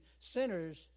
sinners